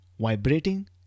vibrating